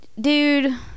dude